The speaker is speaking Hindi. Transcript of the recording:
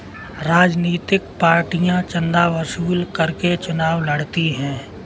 राजनीतिक पार्टियां चंदा वसूल करके चुनाव लड़ती हैं